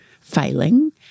failing